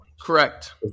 Correct